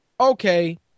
Okay